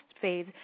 phase